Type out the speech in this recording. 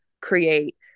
create